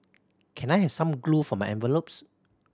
can I have some glue for my envelopes